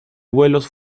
vuelos